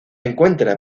encuentra